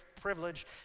privilege